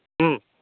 ᱦᱮᱸ